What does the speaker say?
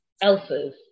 else's